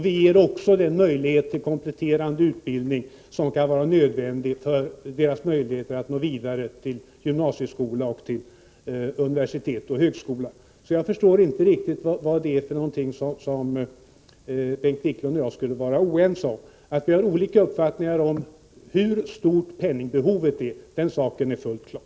Vi ger dem också chansen till den kompletterande utbildning som kan vara nödvändig för deras möjligheter att gå vidare till gymnasieskola, universitet och högskola. Jag förstår därför inte riktigt vad det skulle vara som Bengt Wiklund och jag är oense om. Det är fullt klart att vi har olika uppfattningar om hur stort penningbehovet är.